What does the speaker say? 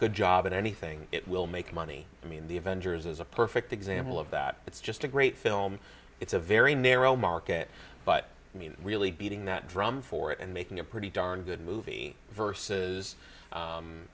good job at anything it will make money i mean the avengers is a perfect example of that it's just a great film it's a very narrow market but i mean really beating that drum for it and making a pretty darn good movie versus